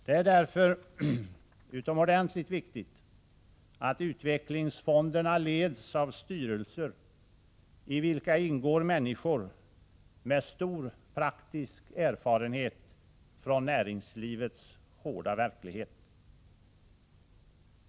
Det är därför utomordentligt viktigt att utvecklingsfonderna leds av styrelser i vilka ingår människor med stor praktisk erfarenhet från näringslivets hårda verklighet.